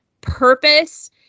purpose